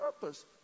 purpose